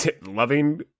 Loving